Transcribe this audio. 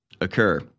occur